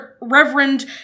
Reverend